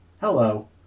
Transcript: Hello